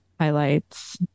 highlights